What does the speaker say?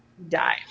die